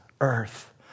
earth